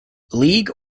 league